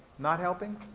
not helping?